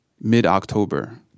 mid-october